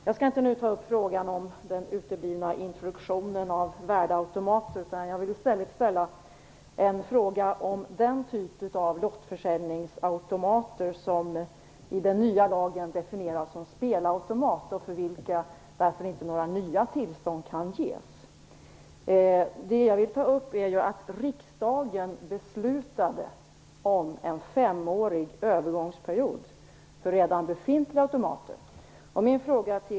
Jag skall nu inte ta upp frågan om den uteblivna introduktionen av värdeautomater utan vill i stället framföra en fråga om den typ lottförsäljningsautomater vilka i den nya lagen definieras som spelautomater och för vilka några nya tillstånd därför inte kan ges.